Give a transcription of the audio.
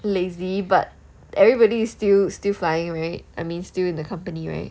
lazy but everybody is still still flying right I mean still in the company right